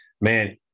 man